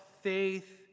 faith